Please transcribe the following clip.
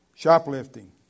Shoplifting